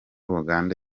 uganda